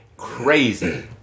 Crazy